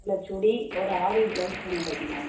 இல்லை சுடி ஒரு ஆரி ப்ளவுஸ் ஒன்று தைக்கணும்